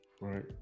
Right